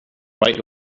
right